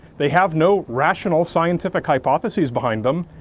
they have no rational scientific hypotheses behind them,